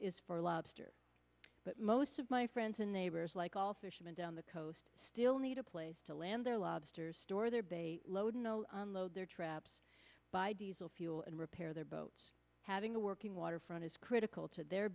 for lobster but most of my friends and neighbors like all fishermen down the coast still need a place to land their lobsters store their base load unload their traps buy diesel fuel and repair their boats having a working waterfront is critical to their